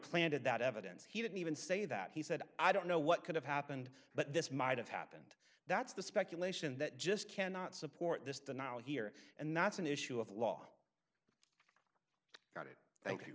planted that evidence he didn't even say that he said i don't know what could have happened but this might have happened that's the speculation that just cannot support this denial here and that's an issue of law got it